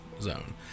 zone